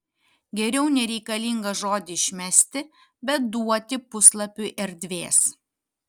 geriau nereikalingą žodį išmesti bet duoti puslapiui erdvės